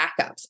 backups